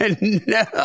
no